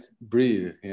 breathe